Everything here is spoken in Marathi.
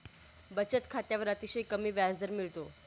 बचत खात्यावर अतिशय कमी व्याजदर मिळतो